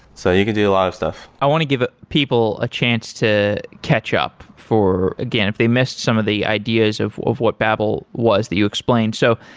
so you can do a lot of stuff i want to give people a chance to catch up for again, if they missed some of the ideas of of what babel was that you explained. so